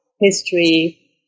history